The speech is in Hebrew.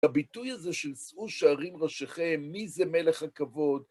בביטוי הזה של שאו שערים ראשיכם, מי זה מלך הכבוד?